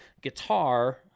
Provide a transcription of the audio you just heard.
guitar